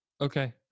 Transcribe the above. Okay